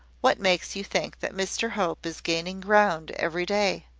what makes you think that mr hope is gaining ground every day?